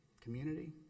community